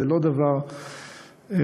אין זה דבר ראוי.